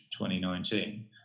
2019